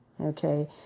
Okay